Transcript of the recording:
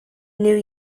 new